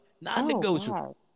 non-negotiable